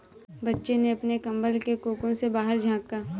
बच्चे ने अपने कंबल के कोकून से बाहर झाँका